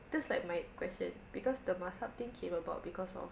that's like my question because the mazhab thing came about because of